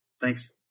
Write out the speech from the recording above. Thanks